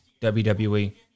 WWE